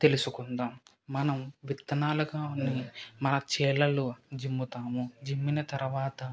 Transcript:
తెలుసుకుందాం మనం విత్తనం గానే మా చేలలో జిమ్ముతాము జిమ్మిన తరువాత